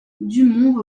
dumont